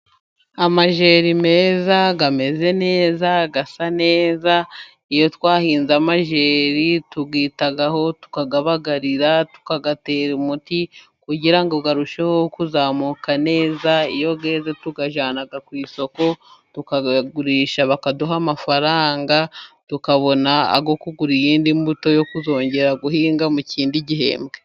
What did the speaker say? Amajeri meza ameze neza ,asa neza iyo twahinze amajeri tuyitaho tukayabagarira ,tukayatera umuti kugira ngo arusheho kuzamuka neza ,iyo yeze tuyajyana ku isoko tukagurisha bakaduha amafaranga ,tukabona kugura iyindi mbuto yo kuzongera guhinga mu kindi gihembwe.